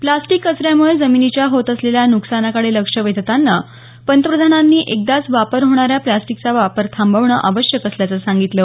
plastic कचऱ्यामुळे जमीनीच्या होत असलेल्या नुकसानाकडे लक्ष वेधताना पंतप्रधानांनी एकदाच वापर होणाऱ्या प्लास्टिकचा वापर थांबवणं आवश्यक असल्याचं सांगितलं